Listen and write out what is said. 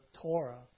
Torah